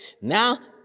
now